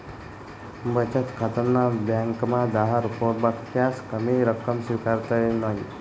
बचत खाताना ब्यांकमा दहा रुपयापक्सा कमी रक्कम स्वीकारतंस नयी